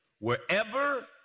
Wherever